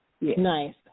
Nice